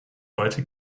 heute